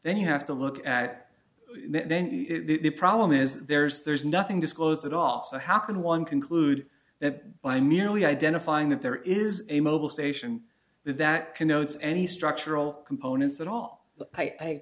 then you have to look at it then the problem is there's there's nothing disclosed at all so how can one conclude that by merely identifying that there is a mobil station that connotes any structural components at all i